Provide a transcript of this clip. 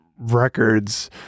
records